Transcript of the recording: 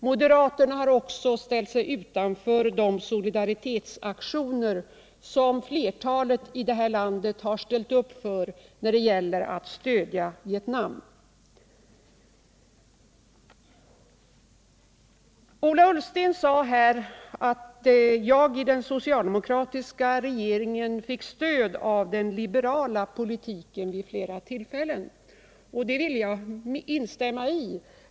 Moderaterna har också ställt sig utanför de solidaritetsaktioner som flertalet i detta land deltagit i för att stödja Vietnam. Ola Ullsten sade att jag i den socialdemokratiska regeringen vid flera tillfällen fått stöd av den liberala politiken. Det vill jag instämma i.